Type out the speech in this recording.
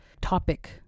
topic